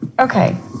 okay